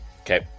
Okay